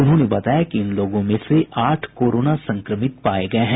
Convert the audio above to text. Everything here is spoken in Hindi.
उन्होंने बताया कि इन लोगों में से आठ कोरोना संक्रमित पाये गये हैं